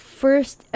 first